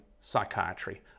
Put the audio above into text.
psychiatry